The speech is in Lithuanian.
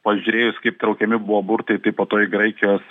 pažiūrėjus kaip traukiami buvo burtai tai po to į graikijos